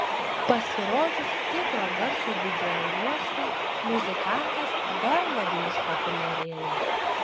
pasirodžius tikro garso videojuostai muzikantas dar labiau išpopuliarėjo